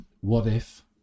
what-if